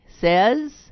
says